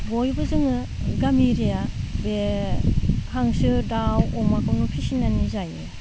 बयबो जोङो गामि एरिया बे हांसो दाउ अमाखोनो फिसिनानै जायो